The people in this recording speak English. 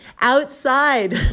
outside